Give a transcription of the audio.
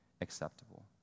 acceptable